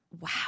Wow